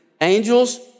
Angels